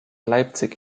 leipzig